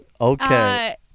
Okay